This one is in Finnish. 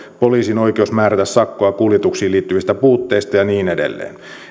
poliisin oikeus määrätä sakkoa kuljetuksiin liittyvistä puutteista ja niin edelleen